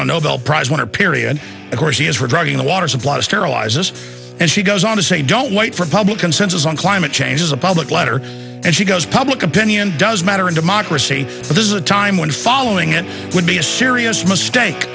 on nobel prize winner period of course he is regarding the water supply to sterilize this and she goes on to say don't wait for public consensus on climate change is a public letter and she goes public opinion does matter in democracy this is a time when following it would be a serious mistake